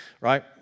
right